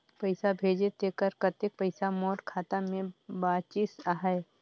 पइसा भेजे तेकर कतेक पइसा मोर खाता मे बाचिस आहाय?